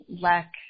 lack